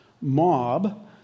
mob